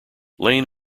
lane